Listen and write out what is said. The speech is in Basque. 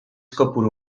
kopuru